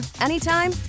anytime